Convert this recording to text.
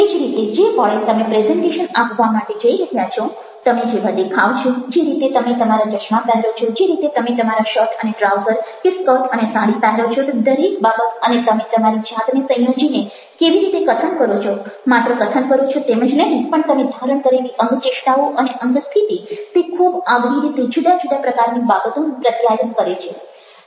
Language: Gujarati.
તે જ રીતે જે પળે તમે પ્રેઝન્ટેશન આપવા માટે જઈ રહ્યા છો તમે જેવા દેખાવ છો જે રીતે તમે તમારા ચશ્મા પહેરો છો જે રીતે તમે તમારા શર્ટ અને ટ્રાઉઝર કે સ્કર્ટ અને સાડી પહેરો છો તે દરેક બાબત અને તમે તમારી જાતને સંયોજીને કેવી રીતે કથન કરો છો માત્ર કથન કરો છો તેમ જ નહિ પણ તમે ધારણ કરેલી અંગચેષ્ટાઓ અને અંગસ્થિતિ તે ખૂબ આગવી રીતે જુદા જુદા પ્રકારની બાબતોનું પ્રત્યાયન કરે છે